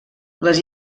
les